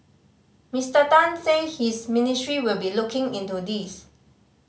Mister Tan said his ministry will be looking into this